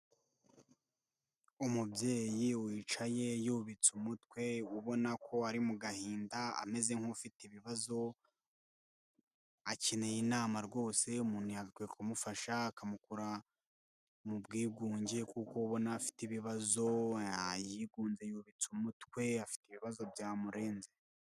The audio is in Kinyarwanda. Umubyeyi wicaye yubitse umutwe ubona ko ari mu gahinda ameze nk'ufite ibibazo, akeneye inama rwose, umuntu yagakwiye kumufasha akamukura mu bwigunge kuko ubona afite ibibazo, yigunze yubitse umutwe, afite ibibazo byamurenze.